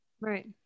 Right